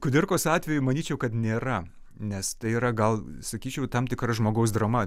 kudirkos atveju manyčiau kad nėra nes tai yra gal sakyčiau tam tikra žmogaus drama